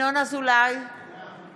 אנא תמכו בהצבעה.